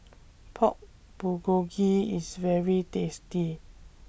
Pork Bulgogi IS very tasty